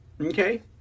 Okay